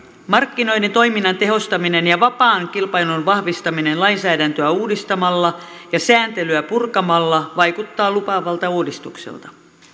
markkinoiden toiminnan tehostaminen ja vapaan kilpailun vahvistaminen lainsäädäntöä uudistamalla ja sääntelyä purkamalla vaikuttaa lupaavalta uudistukselta